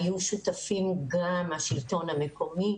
היו שותפים גם מהשלטון המקומי.